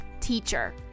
teacher